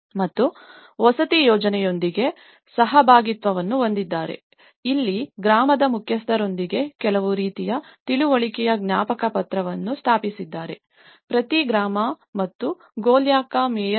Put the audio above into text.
ಮತ್ತು ವಸತಿ ಯೋಜನೆಯೊಂದಿಗೆ ಸಹಭಾಗಿತ್ವವನ್ನು ಹೊಂದಿದ್ದಾರೆ ಮತ್ತು ಇಲ್ಲಿ ಗ್ರಾಮದ ಮುಖ್ಯಸ್ಥರೊಂದಿಗೆ ಕೆಲವು ರೀತಿಯ ತಿಳುವಳಿಕೆಯ ಜ್ಞಾಪಕ ಪತ್ರವನ್ನು ಸ್ಥಾಪಿಸಿದ್ದಾರೆ ಪ್ರತಿ ಗ್ರಾಮ ಮತ್ತು ಗೋಲ್ಯಕಾ ಮೇಯರ್ನಿಂದ